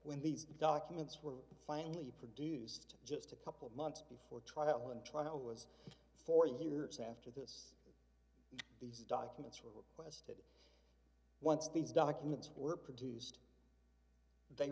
when these documents were finally produced just a couple of months before trial and trial was forty years after this these documents were once these documents were produced they